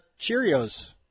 Cheerios